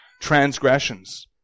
transgressions